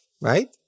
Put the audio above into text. right